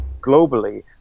globally